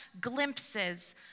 glimpses